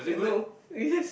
and no is just